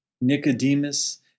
Nicodemus